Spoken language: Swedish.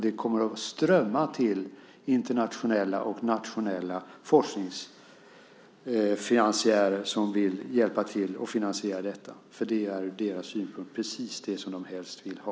Det kommer att strömma till internationella och nationella forskningsfinansiärer som vill hjälpa till att finansiera detta, för det är ur deras synpunkt precis det som de helst vill ha.